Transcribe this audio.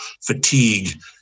fatigue